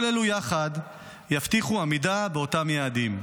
כל אלו יחד יבטיחו עמידה באותם יעדים.